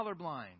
colorblind